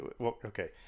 okay